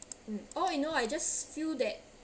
mm all in all I just feel that